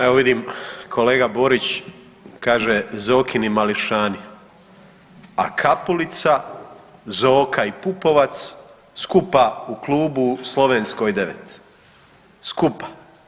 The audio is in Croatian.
Evo vidim kolega Borić kaže Zokini mališani, a Kapulica, Zoka i Pupovac skupa u klubu u Slovenskoj 9, skupa.